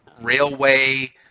railway